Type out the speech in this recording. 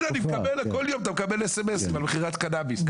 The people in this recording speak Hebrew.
כל יום אתה מקבל סמס על מכירת קנאביס.